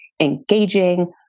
engaging